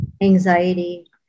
anxiety